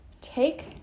take